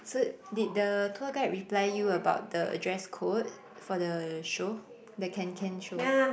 so did the tour guide reply you about the uh dress code for the show the can can show